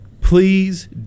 please